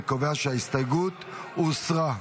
אני קובע שההסתייגות הוסרה.